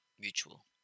mutual